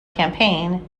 campaign